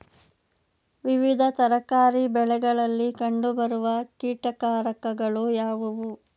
ವಿವಿಧ ತರಕಾರಿ ಬೆಳೆಗಳಲ್ಲಿ ಕಂಡು ಬರುವ ಕೀಟಕಾರಕಗಳು ಯಾವುವು?